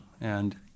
And-